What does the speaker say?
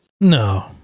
No